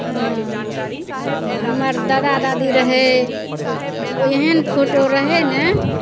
अब हमर दादा दादी रहै ओ ओ एहन फोटो रहै ने